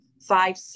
five